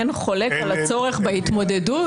אין חולק על הצורך בהתמודדות,